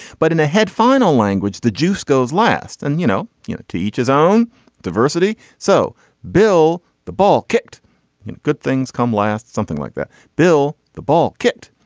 but in a head final language the juice goes last. and you know you know to each his own diversity so bill the ball kicked good things come last. something like that bill the ball kicked.